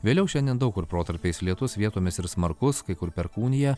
vėliau šiandien daug kur protarpiais lietus vietomis ir smarkus kai kur perkūnija